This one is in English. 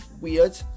weird